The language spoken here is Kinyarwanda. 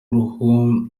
uruhu